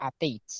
updates